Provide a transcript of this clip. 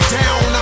down